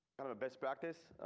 kind of a best practice